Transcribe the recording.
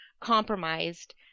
compromised